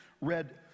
read